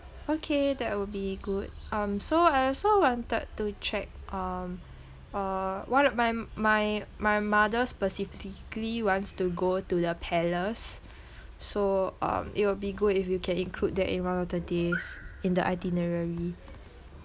okay that will be good um so I also wanted to check um uh one of my my my mother's specifically wants to go to the palace so um it will be good if you can include that in one of the days in the itinerary